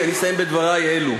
בדברי אלו: